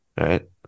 right